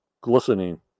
glistening